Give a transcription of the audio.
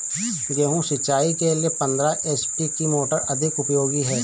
गेहूँ सिंचाई के लिए पंद्रह एच.पी की मोटर अधिक उपयोगी है?